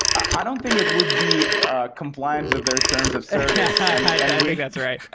i don't think it would be compliant with their terms of service. i think that's right.